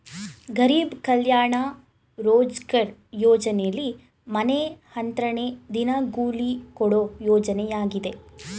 ಗರೀಬ್ ಕಲ್ಯಾಣ ರೋಜ್ಗಾರ್ ಯೋಜನೆಲಿ ಮನೆ ಹತ್ರನೇ ದಿನಗೂಲಿ ಕೊಡೋ ಯೋಜನೆಯಾಗಿದೆ